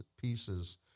pieces